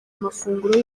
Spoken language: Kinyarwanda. amafunguro